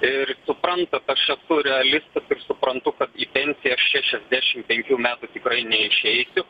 ir suprantat aš esu realistas ir suprantu kad į pensiją aš šešiasdešim penkių metų tikrai neišeisiu